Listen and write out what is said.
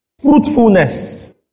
fruitfulness